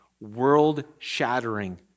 world-shattering